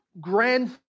grand